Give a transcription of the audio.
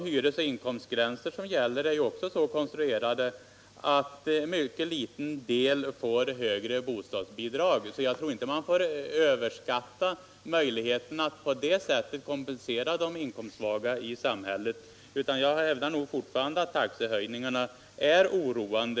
Hyresoch inkomstgränserna är också så konstruerade att en mycket liten del av de berörda familjerna får högre bostadsbidrag. Man bör inte överskatta möjligheterna att på det sättet kompensera de inkomstsvaga i samhället. Jag hävdar fortfarande att taxehöjningarna är oroande.